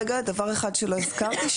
דבר אחד שלא הזכרתי,